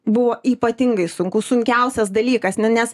buvo ypatingai sunku sunkiausias dalykas nu nes